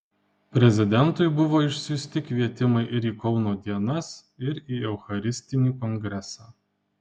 prezidentui buvo išsiųsti kvietimai ir į kauno dienas ir į eucharistinį kongresą